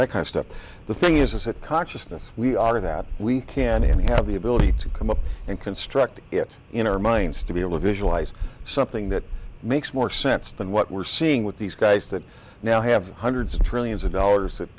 i kind of stuff the thing is a consciousness we are that we can have the ability to come up and construct it in our minds to be able to visualize something that makes more sense than what we're seeing with these guys that now have hundreds of trillions of dollars that